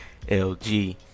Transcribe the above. LG